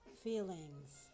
Feelings